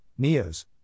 NEOs